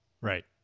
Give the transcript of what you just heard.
Right